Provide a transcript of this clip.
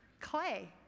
clay